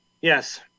Yes